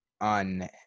on